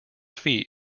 feet